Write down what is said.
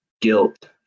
guilt